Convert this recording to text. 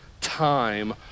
time